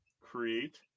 create